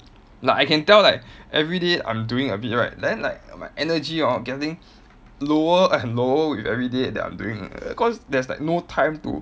like I can tell like everyday I'm doing a bit right then like my energy hor getting lower and lower with everyday that I'm doing like cause there's like no time to